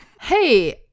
hey